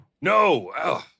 No